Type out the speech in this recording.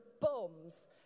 bombs